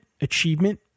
achievement